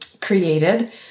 created